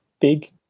big